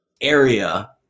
area